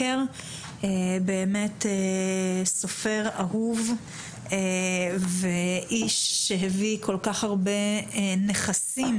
באמת סופר אהוב ואיש שהביא כל כך הרבה נכסים